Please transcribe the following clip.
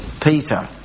Peter